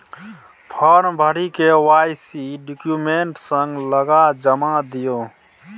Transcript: farm भरि KYC document संग लगा जमा दियौ